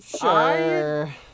Sure